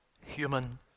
human